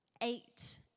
Eight